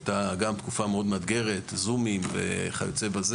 הייתה תקופה מאתגרת מאוד: זומים וכיוצ"ב,